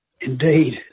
indeed